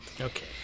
okay